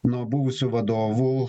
nuo buvusių vadovų